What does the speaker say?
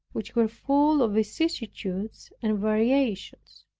which were full of vicissitudes and variations.